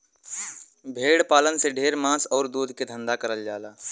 भेड़ पालन से ढेर मांस आउर दूध के धंधा करल जाला